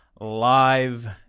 live